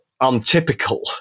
untypical